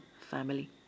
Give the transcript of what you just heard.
family